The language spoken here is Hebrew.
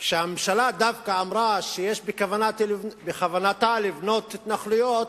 כשהממשלה אמרה שיש בכוונתה לבנות התנחלויות,